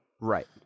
Right